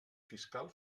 fiscal